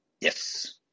Yes